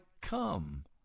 come